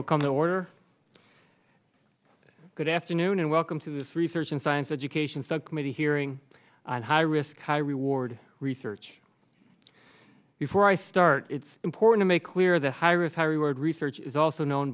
will come to order good afternoon and welcome to this research and science education subcommittee hearing on high risk high reward research before i start it's important to make clear that high risk high reward research is also known